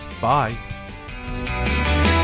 Bye